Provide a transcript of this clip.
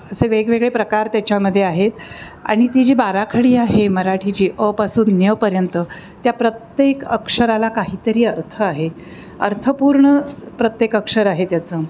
असे वेगवेगळे प्रकार त्याच्यामध्ये आहेत आणि ती जी बाराखडी आहे मराठीची अ पासून ज्ञ पर्यंत त्या प्रत्येक अक्षराला काहीतरी अर्थ आहे अर्थपूर्ण प्रत्येक अक्षर आहे त्याचं